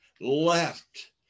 left